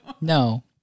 No